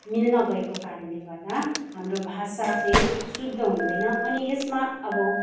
मिल्न गएको कारणले गर्दा हाम्रो भाषा चाहिँ शुद्ध हुँदैन अनि यसमा अब